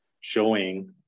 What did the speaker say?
showing